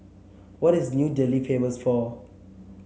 what is New Delhi famous for